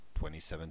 2017